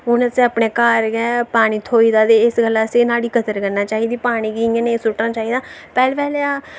हून असें अपने घार गै पानी थ्होई गेदा इस गल्ला आसें नुहाड़ी कदर करनी चाहिदी पानी दी पानी गी इयां नेईं सुट्टना चाहिदा पैह्लें पैह्लें अस